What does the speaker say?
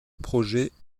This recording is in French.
projets